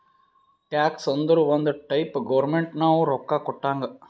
tax ಅಂದುರ್ ಒಂದ್ type government ನಾವು ರೊಕ್ಕಾ ಕೊಟ್ಟಂಗ್